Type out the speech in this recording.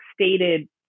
stated